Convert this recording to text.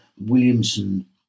Williamson